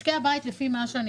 על משקי הבית, לפי מה שהבנתי,